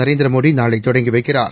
நரேந்திரமோடிநாளைதொடங்கிவைக்கிறார்